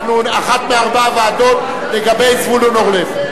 אחת מארבע הוועדות, לגבי זבולון אורלב.